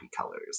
colors